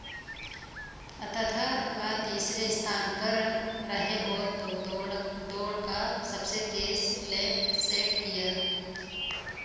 अतः वह तीसरे स्थान पर रहे और दो दौड़ का सबसे तेज़ लैप सेट किया